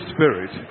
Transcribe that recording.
Spirit